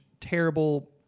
terrible